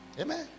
Amen